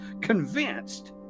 convinced